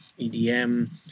EDM